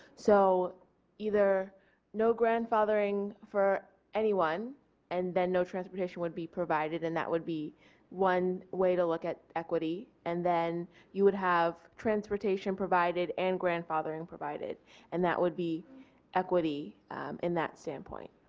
so either no grandfathering for anyone and then no transportation would be provided and that would be one way to look at equity and then you would have transportation provided and grandfathering provided and that would be equity in that standpoint.